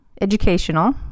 educational